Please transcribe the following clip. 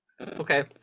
okay